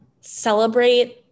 celebrate